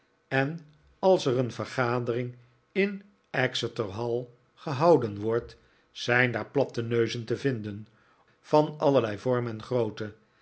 en als er een vergadering in exeter hall gehouden wordt zijn daar platte neuzen te vinden van allerlei vorm